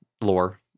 lore